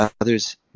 others